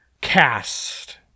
cast